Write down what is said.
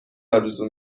آرزو